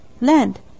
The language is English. land